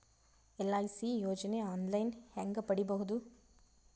LIC ಯೋಜನೆ online ಹೇಂಗ ಪಡಿಬಹುದು?